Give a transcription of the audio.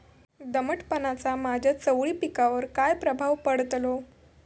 दमटपणाचा माझ्या चवळी पिकावर काय प्रभाव पडतलो?